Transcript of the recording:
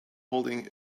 holding